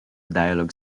dialog